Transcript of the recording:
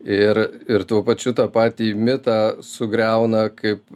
ir ir tuo pačiu tą patį mitą sugriauna kaip